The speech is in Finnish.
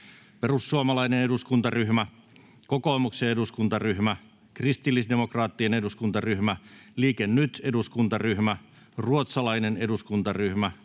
Perussuomalaisten eduskuntaryhmä, Kokoomuksen eduskuntaryhmä, Kristillisdemokraattinen eduskuntaryhmä, Liike Nyt ‑eduskuntaryhmä, Ruotsalainen eduskuntaryhmä,